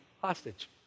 hostage